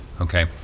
okay